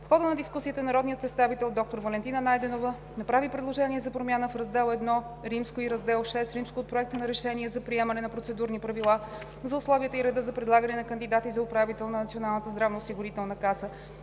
В хода на дискусията, народният представител доктор Валентина Найденова направи предложение за промяна в Раздел I и Раздел VI от проекта на Решение за приемане на процедурни правила за условията и реда за предлагане на кандидати за управител на Националната здравноосигурителна каса,